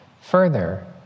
Further